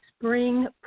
spring